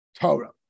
Torah